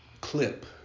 clip